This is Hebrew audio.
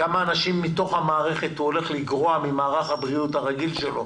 כמה אנשים הוא הולך לגרוע מתוך מערך הבריאות הרגיל שלו,